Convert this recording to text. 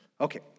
Okay